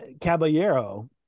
Caballero